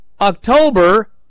October